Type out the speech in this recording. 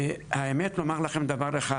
האמת נאמר לכם דבר אחד,